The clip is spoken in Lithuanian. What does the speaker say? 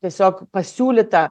tiesiog pasiūlyta